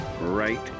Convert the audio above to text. right